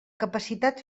capacitat